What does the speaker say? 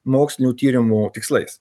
mokslinių tyrimų tikslais